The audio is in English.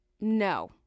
No